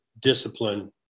discipline